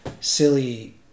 silly